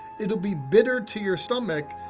it'll be bitter to your stomach,